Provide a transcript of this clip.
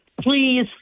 please